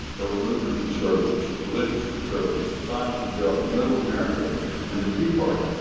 there were movement conservatives, religious conservatives, the silent majority, middle america and the tea party.